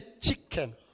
chicken